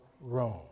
Rome